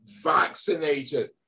vaccinated